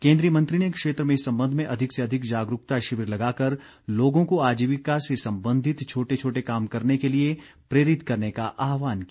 केन्द्रीय मंत्री ने क्षेत्र में इस संबंध में अधिक से अधिक जागरूकता शिविर लगाकर लोगों को आजीविका से संबंधित छोटे छोटे काम करने के लिए प्रेरित करने का आहवान किया